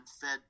Fed